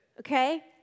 Okay